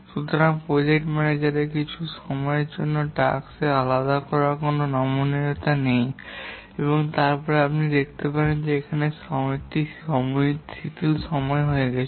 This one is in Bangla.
সুতরাং প্রজেক্ট ম্যানেজারের কিছু সময়ের জন্য টাস্কের আলাদা করার জন্য কোনও নমনীয়তা নেই তবে তারপরে আপনি এখানে দেখতে পারেন যে একটি শিথিল সময় রয়েছে